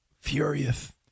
furious